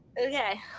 Okay